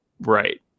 right